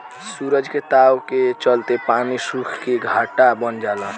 सूरज के ताव के चलते पानी सुख के घाटा बन जाला